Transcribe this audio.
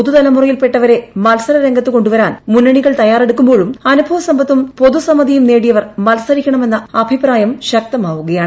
പുതുതിൽമുറയിൽപ്പെട്ടവരെ മത്സര രംഗത്ത് കൊണ്ടുവരാൻ മുന്നണികൾ തയ്യാറെടുക്കുമ്പോഴും അനുഭവ സമ്പത്തും പൊതുസമ്മതിയും നേടിയവർ മത്സരിക്കണമെന്ന അഭിപ്രായം ശക്തമാവുകയാണ്